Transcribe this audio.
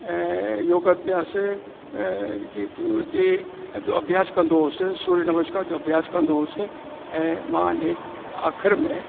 ऐं योग अभ्यास जी ब अभ्यासु कंदो हुउसि सूर्य नमस्कार जो अभ्यास कंदो हुउसि ऐं मां न आख़िर में